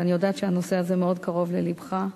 ואני יודעת שהנושא הזה מאוד קרוב ללבך,